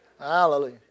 Hallelujah